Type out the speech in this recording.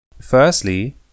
Firstly